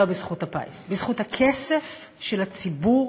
לא בזכות הפיס, בזכות הכסף של הציבור